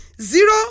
Zero